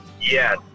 Yes